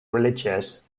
religious